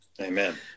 Amen